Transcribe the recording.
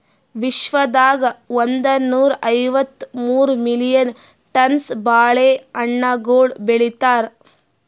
ವಿಶ್ವದಾಗ್ ಒಂದನೂರಾ ಐವತ್ತ ಮೂರು ಮಿಲಿಯನ್ ಟನ್ಸ್ ಬಾಳೆ ಹಣ್ಣುಗೊಳ್ ಬೆಳಿತಾರ್